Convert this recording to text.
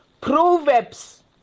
Proverbs